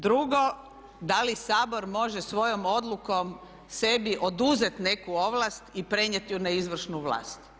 Drugo, da li Sabor može svojom odlukom sebi oduzeti neku ovlast i prenijeti je na izvršnu vlast?